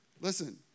Listen